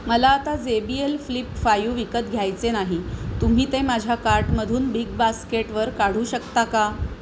मला आता J B L flip five विकत घ्यायचे नाही तुम्ही ते माझ्या कार्टमधून बिग बास्केटवर काढू शकता का